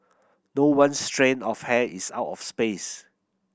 not one strand of hair is out of place